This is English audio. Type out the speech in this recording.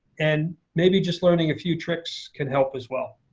and maybe just learning a few tricks can help as well.